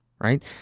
right